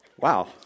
Wow